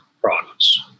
products